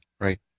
Right